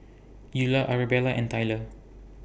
Eulah Arabella and Tyler